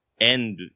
end